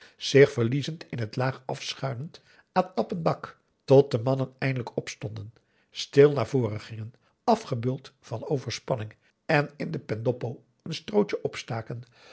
zich verliezend in het laag afschuinend atappen dak tot de mannen eindelijk opstonden stil naar voren gingen afgebeuld van overspanning en in de pendoppo een strootje opstaken